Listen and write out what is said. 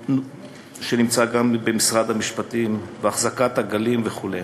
שנמצא גם במשרד המשפטים, החזקת עגלים וכו'.